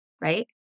right